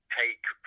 take